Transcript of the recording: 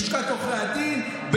בלשכת עורכי הדין,